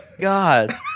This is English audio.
God